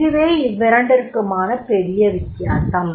இதுவே அவ்விரண்டிற்குமான பெரிய வித்தியாசம்